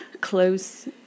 close